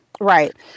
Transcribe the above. right